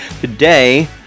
Today